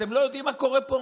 אתם לא יודעים מה קורה פה?